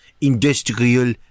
industrial